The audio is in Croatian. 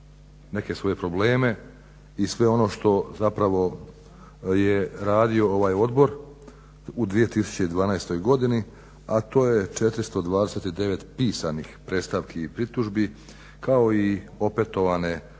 neke svoje probleme i sve ono što je radio ovaj odbor u 2012.godini, a to je 429 pisanih predstavki i pritužbi kao i opetovane